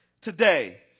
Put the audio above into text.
today